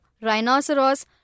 rhinoceros